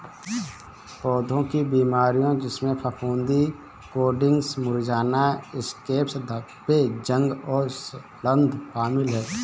पौधों की बीमारियों जिसमें फफूंदी कोटिंग्स मुरझाना स्कैब्स धब्बे जंग और सड़ांध शामिल हैं